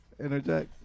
Interject